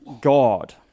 God